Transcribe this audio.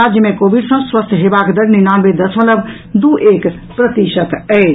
राज्य मे कोविड सॅ स्वस्थ हेबाक दर निनानवे दशमलव दू एक प्रतिशत अछि